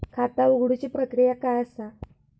खाता उघडुची प्रक्रिया काय असा?